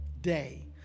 day